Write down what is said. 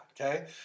okay